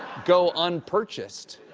go unpurchased.